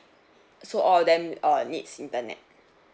so all of them uh needs internet